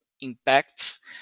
impacts